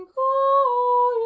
o